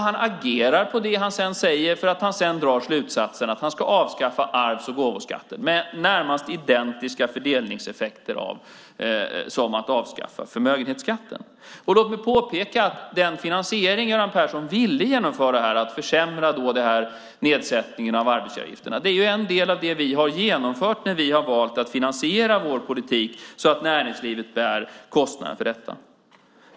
Han agerar på det han säger genom att han sedan drar slutsatsen att han ska avskaffa arvs och gåvoskatten, med närmast identiska fördelningseffekter som ett avskaffande av förmögenhetsskatten. Låt mig påpeka att den finansiering som Göran Persson ville genomföra genom att försämra nedsättningen av arbetsgivareavgifterna är en del av det vi har genomfört när vi har valt att finansiera vår politik så att näringslivet bär kostnaderna för detta.